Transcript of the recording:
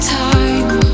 time